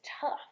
tough